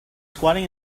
squatting